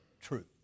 truth